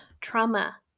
trauma